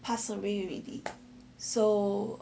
pass away already so